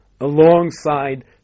alongside